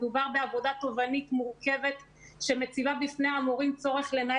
מדובר בעבודה תובענית מורכבת שמציבה בפני המורים צורך לנהל